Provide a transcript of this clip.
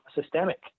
systemic